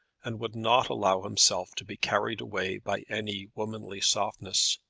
and would not allow himself to be carried away by any womanly softness.